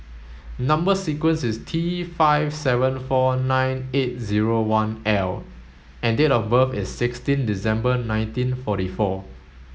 number sequence is T five seven four nine eight zero one L and date of birth is sixteen December nineteen forty four